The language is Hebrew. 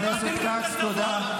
חבר הכנסת כץ, תודה.